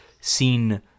seen